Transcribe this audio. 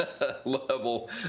level